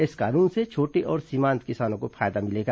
इस कानून से छोटे और सीमांत किसानों को फायदा मिलेगा